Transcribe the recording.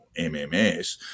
MMS